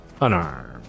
unarmed